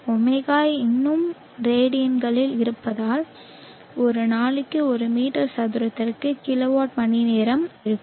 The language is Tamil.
ஒமேகா இன்னும் ரேடியன்களில் இருப்பதால் ஒரு நாளைக்கு ஒரு மீட்டர் சதுரத்திற்கு கிலோவாட் மணிநேரம் இருக்கும்